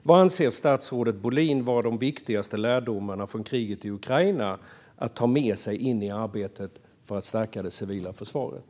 Vad anser statsrådet Bohlin vara de viktigaste lärdomarna från kriget i Ukraina att ta med sig in i arbetet för att stärka det civila försvaret?